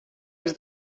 els